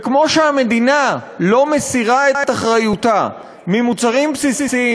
כמו שהמדינה לא מסירה את אחריותה ממוצרים בסיסיים,